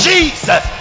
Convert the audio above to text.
Jesus